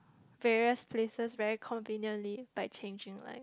various places very conveniently by changing line